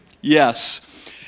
Yes